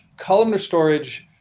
columnar storage,